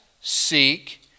seek